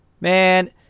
Man